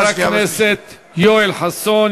תודה לחבר הכנסת יואל חסון.